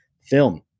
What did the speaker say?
film